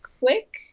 quick